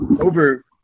over